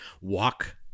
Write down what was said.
walk